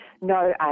no